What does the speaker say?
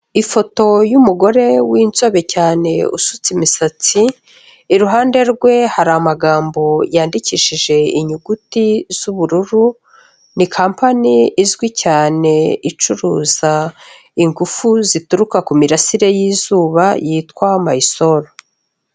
Ifoto y'umugore w'inzobe cyane usutse imisatsi, iruhande rwe hari amagambo yandikishije inyuguti z'ubururu, ni kampani izwi cyane icuruza ingufu zituruka ku mirasire y'izuba yitwa Maysol.